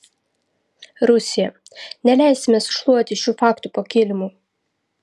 rusija neleisime sušluoti šių faktų po kilimu